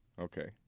Okay